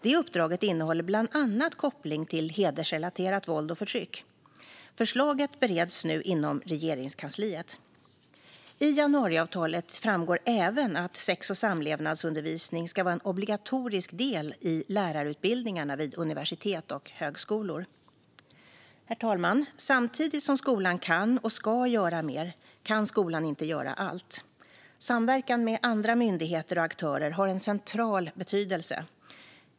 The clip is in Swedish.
Det uppdraget innehåller bland annat koppling till hedersrelaterat våld och förtryck. Förslagen bereds nu inom Regeringskansliet. I januariavtalet framgår även att sex och samlevnadsundervisning ska vara en obligatorisk del i lärarutbildningarna vid universitet och högskolor. Herr talman! Samtidigt som skolan kan och ska göra mer kan skolan inte göra allt. Samverkan med andra myndigheter och aktörer har en central betydelse.